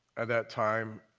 at that time